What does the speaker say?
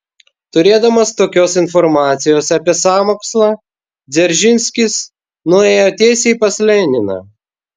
turėdamas tokios informacijos apie sąmokslą dzeržinskis nuėjo tiesiai pas leniną